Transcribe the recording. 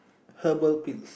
herbal pills